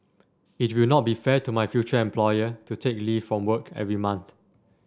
it will not be fair to my future employer to take leave from work every month